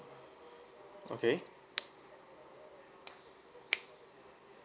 okay